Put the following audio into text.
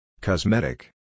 cosmetic